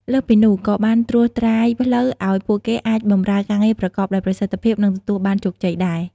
លើសពីនោះ ក៏បានត្រួសត្រាយផ្លូវឱ្យពួកគេអាចបម្រើការងារប្រកបដោយប្រសិទ្ធភាព និងទទួលបានជោគជ័យដែរ។